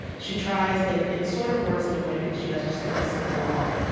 she tries, and it sort of works in a way because she has her second son, rolf.